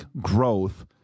growth